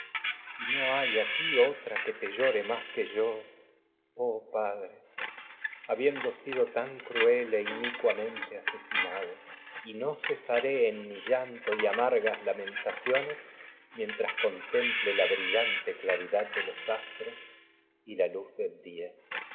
y hay aquí otra que e te llore inicua que yo oh padre habiendo sido tan cruel y no mente asesinado cesaré en mi llanto y amargas lamentaciones mientras contemple la brillante claridad de los astros y la luz del día